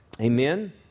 Amen